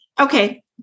Okay